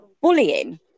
Bullying